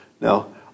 Now